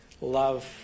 love